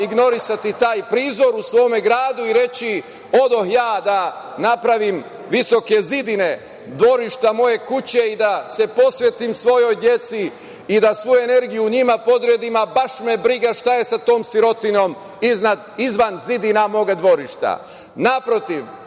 ignorisati taj prizor u svome gradu i reći - odoh ja da napravim visoke zidine dvorišta moje kuće i da se posvetim svojoj deci i da svoju energiju njima podredim, baš me briga šta je sa tom sirotinjom izvan zidina moga dvorišta.